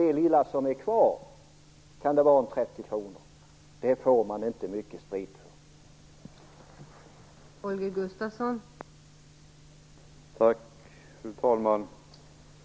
Det lilla som är kvar - det kan vara 30 kr - får man inte mycket sprit för.